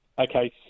Okay